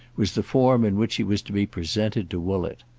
was the form in which he was to be presented to woollett.